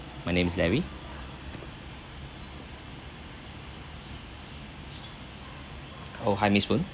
my name is larry oh hi miss poon